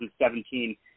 2017